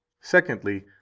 secondly